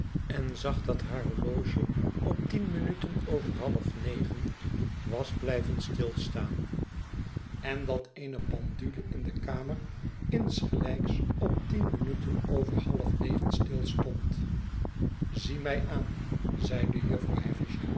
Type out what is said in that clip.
en zag dat haar horloge op tien minuten over half negen was blijven stilstaan en dat eene pendule in de kamer insgelijks op tien minuten over half negen stilstond zie mij aan zeide jufvrouw